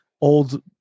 old